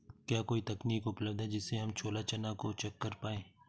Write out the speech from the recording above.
क्या कोई तकनीक उपलब्ध है जिससे हम छोला चना को चेक कर पाए?